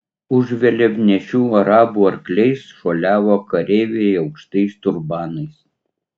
už vėliavnešių arabų arkliais šuoliavo kareiviai aukštais turbanais